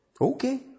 Okay